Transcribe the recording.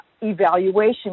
evaluation